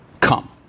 Come